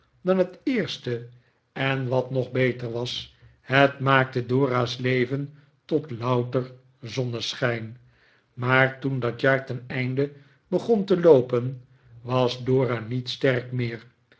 dan het eerste en wat nog beter was het maakte dora's leven tot louter zonneschijn maar toen dat jaar ten einde begon te loopen was dora niet sterk meer